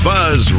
Buzz